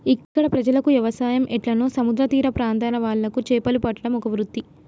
ఇక్కడ ప్రజలకు వ్యవసాయం ఎట్లనో సముద్ర తీర ప్రాంత్రాల వాళ్లకు చేపలు పట్టడం ఒక వృత్తి